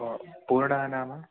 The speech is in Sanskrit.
ओ पूर्णनाम